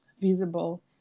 visible